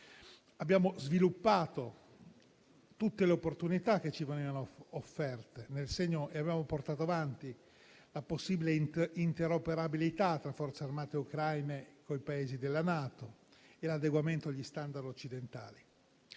abbiamo sviluppato tutte le opportunità che ci venivano offerte e abbiamo portato avanti la possibile interoperabilità tra Forze armate ucraine con i Paesi della NATO e l'adeguamento agli *standard* occidentali.